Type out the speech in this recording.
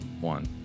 One